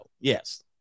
yes